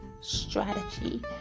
Strategy